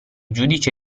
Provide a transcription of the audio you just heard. giudice